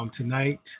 tonight